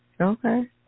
Okay